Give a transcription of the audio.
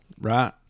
Right